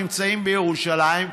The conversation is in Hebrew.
נמצאים בירושלים,